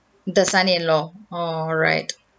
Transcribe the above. the son in law alright